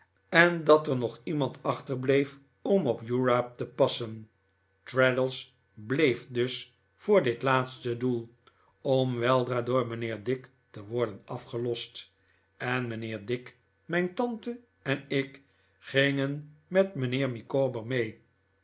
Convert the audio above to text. en dat er nog iemand achterbleef om op uriah te passen traddles bleef dus voor dit laatste doel om weldra door mijnheer dick te worden afgelost en mijnheer dick mijn tante en ik gingen met mijnheer micawber mee